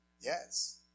Yes